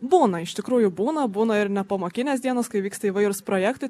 būna iš tikrųjų būna būna ir nepamokinės dienos kai vyksta įvairūs projektai